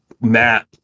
Matt